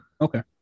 Okay